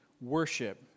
worship